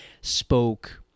spoke